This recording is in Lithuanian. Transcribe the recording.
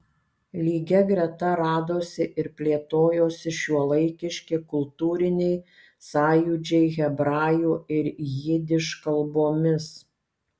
lygia greta radosi ir plėtojosi šiuolaikiški kultūriniai sąjūdžiai hebrajų ir jidiš kalbomis